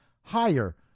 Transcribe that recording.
higher